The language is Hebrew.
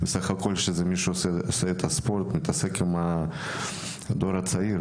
מי שעושה ספורט ומתעסק עם הדור הצעיר